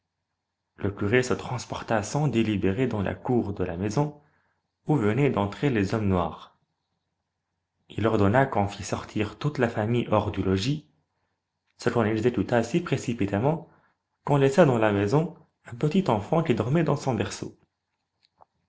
le curé se transporta sans délibérer dans la cour de la maison où venaient d'entrer les hommes noirs il ordonna qu'on fit sortir toute la famille hors du logis ce qu'on exécuta si précipitamment qu'on laissa dans la maison un petit enfant qui dormait dans son berceau